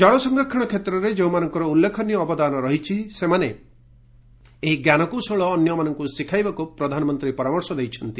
କଳ ସଂରକ୍ଷଣ କ୍ଷେତ୍ରରେ ଯେଉଁମାନଙ୍କର ଉଲ୍ଲେଖନୀୟ ଅବଦାନ ରହିଛି ସେମାନେ ଏହି ଜ୍ଞାନକୌଶଳ ଅନ୍ୟମାନଙ୍କୁ ଶିଖାଇବାକୁ ପ୍ରଧାନମନ୍ତ୍ରୀ ପରାମର୍ଶ ଦେଇଛନ୍ତି